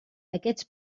aquests